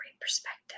perspective